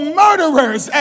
murderers